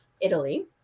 Italy